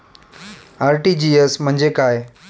RTGS म्हणजे काय?